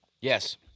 Yes